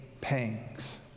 pangs